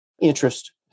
interest